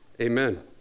Amen